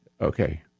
Okay